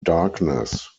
darkness